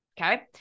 okay